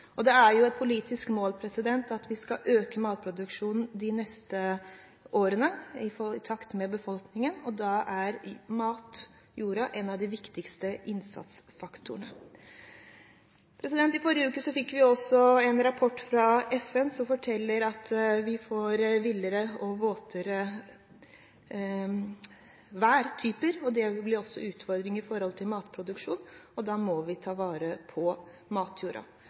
Det er et politisk mål at vi skal øke matproduksjonen i takt med befolkningen de neste årene, og da er matjorden en av de viktigste innsatsfaktorene. I forrige uke fikk vi en rapport fra FN som forteller at vi får villere og våtere værtyper. Det blir også en utfordring med tanke på matproduksjonen, og da må vi ta vare på matjorda.